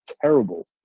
terrible